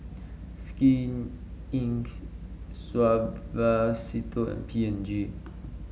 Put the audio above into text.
Skin Inc Suavecito and P and G